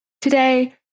Today